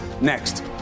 next